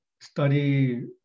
study